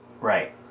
right